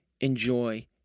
enjoy